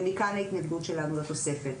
ומכאן ההתנגדות שלנו לתוספת.